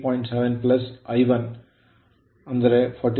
5 ampere ಎಂದು ಪಡೆದಿದ್ದೇವೆ I2 8